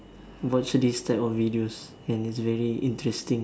watch this type of videos and it's very interesting